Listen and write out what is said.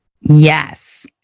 Yes